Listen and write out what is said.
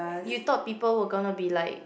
you thought people were gonna be like